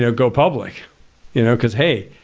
ah go public you know because hey,